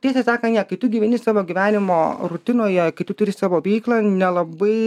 tiesa sakan jo kai tu gyveni savo gyvenimo rutinoje kai tu turi savo veiklą nelabai